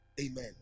Amen